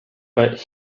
but